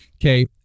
okay